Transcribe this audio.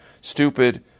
stupid